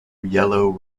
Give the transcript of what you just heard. yellow